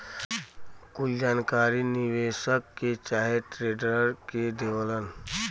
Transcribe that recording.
कुल जानकारी निदेशक के चाहे ट्रेडर के देवलन